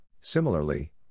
Similarly